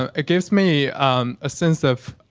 ah it gives me a sense of